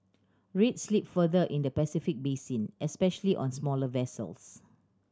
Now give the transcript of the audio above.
rates slipped further in the Pacific basin especially on smaller vessels